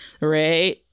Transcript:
right